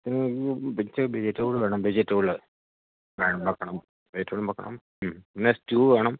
veg vegetable വേണം vegetable വേണം വെക്കണം വെജിറ്റബിളും വെക്കണം ഉം പിന്നെ സ്റ്റ്യൂ വേണം